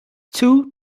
two